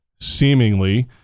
seemingly